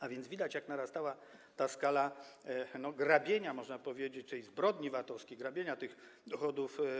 A więc widać, jak narastała ta skala grabienia, można powiedzieć, tej zbrodni VAT-owskiej, grabienia tych dochodów.